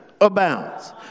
abounds